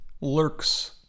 lurks